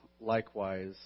likewise